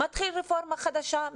מתחיל רפורמה חדשה,